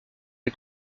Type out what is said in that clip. des